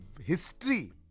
history